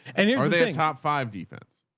and here's their top five defense.